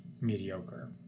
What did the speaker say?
mediocre